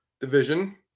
division